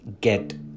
get